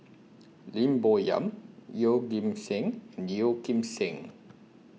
Lim Bo Yam Yeoh Ghim Seng Yeo Kim Seng